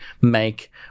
make